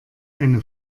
eine